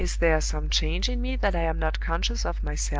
is there some change in me that i am not conscious of myself?